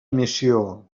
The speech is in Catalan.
missió